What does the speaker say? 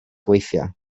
gweithio